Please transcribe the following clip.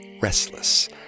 restless